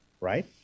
right